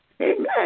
Amen